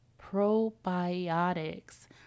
probiotics